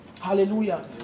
Hallelujah